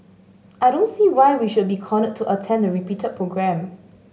I don't see why we should be cornered to attend the repeated programme